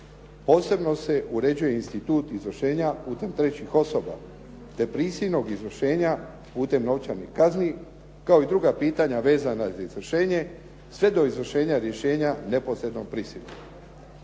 Posebno se uređuje institut izvršenja putem trećih osoba, te prisilnog izvršenja putem novčanih kazni kao i druga pitanja vezana uz izvršenje sve do izvršenja rješenja neposrednog pristanka.